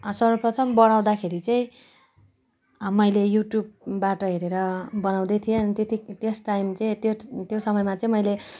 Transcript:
सर्वप्रथम बनाउँदाखेरि चाहिँ मैले युट्युबबाट हेरेर बनाउँदै थिएँ अनि त्यस टाइम चाहिँ त्यो समयमा चाहिँ मैले